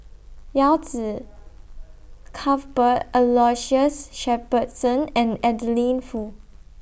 Yao Zi Cuthbert Aloysius Shepherdson and Adeline Foo